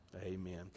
Amen